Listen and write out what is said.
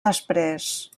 després